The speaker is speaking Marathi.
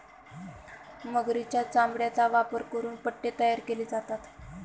मगरीच्या चामड्याचा वापर करून पट्टे तयार केले जातात